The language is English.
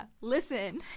listen